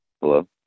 Hello